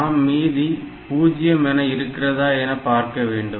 நாம் மீதி 0 என இருக்கிறதா என பார்க்க வேண்டும்